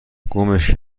گمش